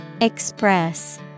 Express